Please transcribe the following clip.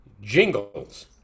jingles